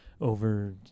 over